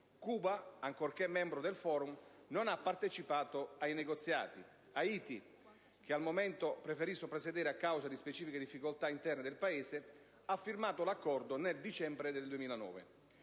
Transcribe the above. Cuba - ancorché membro del *Forum* - non ha partecipato ai negoziati. Haiti, che in un primo momento preferì soprassedere a causa di specifiche difficoltà interne, ha firmato l'Accordo nel dicembre 2009.